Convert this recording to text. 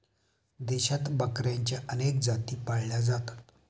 देशात बकऱ्यांच्या अनेक जाती पाळल्या जातात